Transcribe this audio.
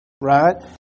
right